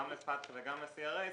גם לפטקא וגם ל-CRS,